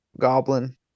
goblin